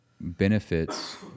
benefits